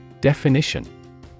Definition